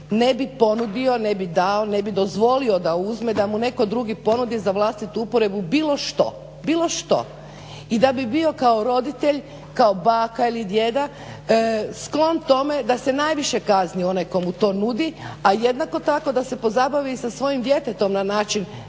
ne bi ponudio, ne bi dao, ne bi dozvolio da uzme da mu netko drugi ponudi za vlastitu upotrebu bilo što, bilo što i da bi bio kao roditelj, kao baka ili djeda sklon tome da se najviše kazni onaj tko mu to nudi a jednako tako da se pozabavi i sa svojim djetetom na način